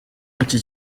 iki